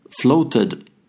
floated